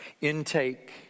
Intake